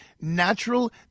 natural